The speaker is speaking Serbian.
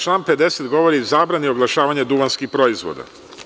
Član 50. govori o zabrani oglašavanja duvanskih proizvoda.